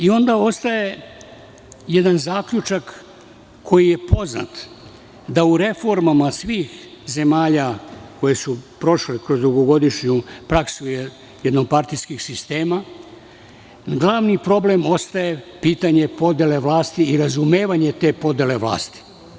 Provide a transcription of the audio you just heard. Onda ostaje jedan zaključak koji je poznat, da u reformama svih zemalja koje su prošle kroz dugogodišnju praksu jednopartijskog sistema, glavni problem ostaje pitanje podele vlasti i razumevanja te podele vlasti.